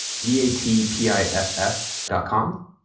d a t p i f f dot com,